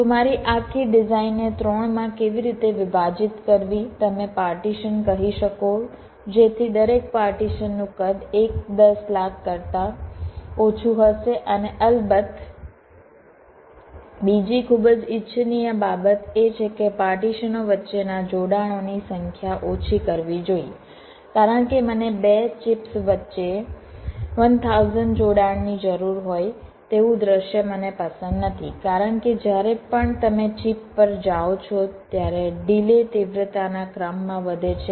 તો મારી આખી ડિઝાઇનને 3 માં કેવી રીતે વિભાજિત કરવી તમે પાર્ટીશન કહી શકો જેથી દરેક પાર્ટીશનનું કદ 1 દસ લાખ કરતા ઓછું હશે અને અલબત્ત બીજી ખૂબ જ ઇચ્છનીય બાબત એ છે કે પાર્ટીશનો વચ્ચેના જોડાણોની સંખ્યા ઓછી કરવી જોઈએ કારણ કે મને 2 ચિપ્સ વચ્ચે 1000 જોડાણની જરૂર હોય તેવું દૃશ્ય મને પસંદ નથી કારણ કે જ્યારે પણ તમે ચિપ પર જાઓ છો ત્યારે ડિલે તીવ્રતાના ક્રમમાં વધે છે